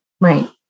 Right